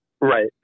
Right